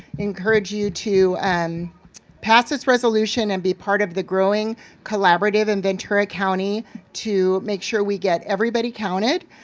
encourage you to and pass this resolution and be part of the growing collaborative in ventura county to make sure we get everybody counted.